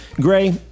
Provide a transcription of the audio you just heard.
gray